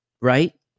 right